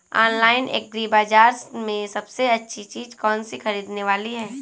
Online agri बाजार में सबसे अच्छी चीज कौन सी ख़रीदने वाली है?